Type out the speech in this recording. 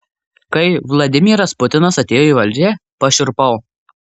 kai vladimiras putinas atėjo į valdžią pašiurpau